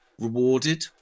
rewarded